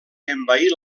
envair